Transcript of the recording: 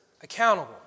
accountable